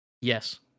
yes